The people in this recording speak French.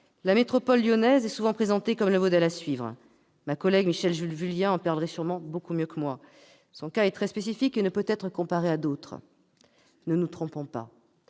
La métropole lyonnaise est souvent présentée comme le modèle à suivre ; ma collègue Michèle Vullien en parlerait sûrement beaucoup mieux que moi. Son cas est très spécifique et ne peut être comparé à d'autres. Ne nous y trompons pas.